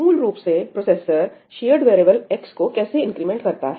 मूल रूप से प्रोसेसर शेयर्ड वेरीएबल x को कैसे इंक्रीमेंट करता है